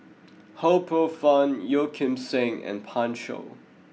Ho Poh Fun Yeo Kim Seng and Pan Shou